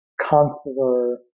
consular